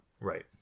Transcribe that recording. Right